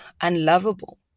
unlovable